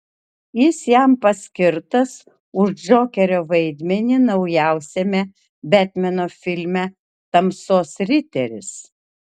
jis jam paskirtas už džokerio vaidmenį naujausiame betmeno filme tamsos riteris